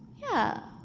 yeah,